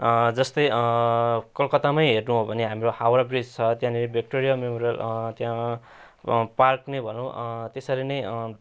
जस्तै कलकत्तामै हेर्नु हो भने हाम्रो हावडा ब्रिज छ त्यहाँनिर भिक्टोरिया मेमोरियल त्यहाँ पार्क नै भनौँ त्यसरी नै